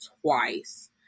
twice